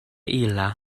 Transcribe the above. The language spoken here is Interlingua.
illa